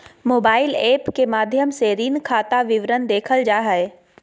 mobile app के माध्यम से ऋण खाता विवरण देखल जा हय